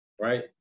right